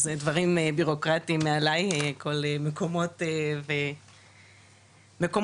זה דברים בירוקרטיים מעלי, מקומות הרשות,